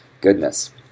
Goodness